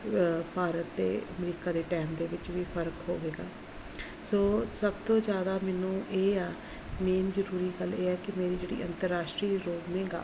ਭਾਰਤ ਅਤੇ ਅਮਰੀਕਾ ਦੇ ਟੈਮ ਦੇ ਵਿੱਚ ਵੀ ਫਰਕ ਹੋਵੇਗਾ ਸੋ ਸਭ ਤੋਂ ਜ਼ਿਆਦਾ ਮੈਨੂੰ ਇਹ ਆ ਮੇਨ ਜ਼ਰੂਰੀ ਗੱਲ ਇਹ ਹੈ ਕਿ ਮੇਰੀ ਜਿਹੜੀ ਅੰਤਰਾਸ਼ਟਰੀ ਰੋਮਿੰਗ ਆ